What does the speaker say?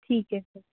ਠੀਕ ਹੈ ਸਰ